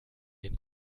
den